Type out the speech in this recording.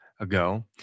ago